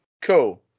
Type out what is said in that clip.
Cool